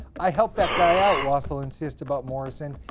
i helped that guy out, wassel insists about morrison.